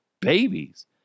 Babies